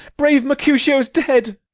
brave mercutio's dead!